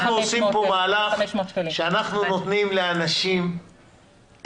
אנחנו עושים פה מהלך שאנחנו נותנים לאנשים אפשרות,